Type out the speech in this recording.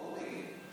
מרגי,